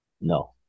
No